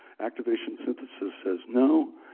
activation synthesis says no,